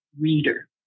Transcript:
reader